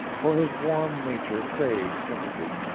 for his warm nature craves sympathy.